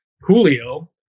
Julio